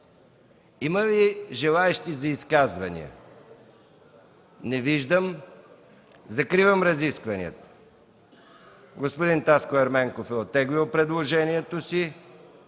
Има ли желаещи за изказвания? Не виждам. Закривам разискванията. Господин Таско Ерменков е оттеглил предложението си.